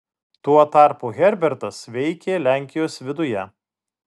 tuo tarpu herbertas veikė lenkijos viduje